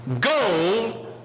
gold